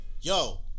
yo